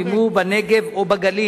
ואם הוא בנגב או בגליל,